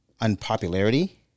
unpopularity